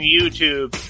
YouTube